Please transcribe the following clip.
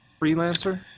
freelancer